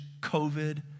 COVID